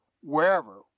wherever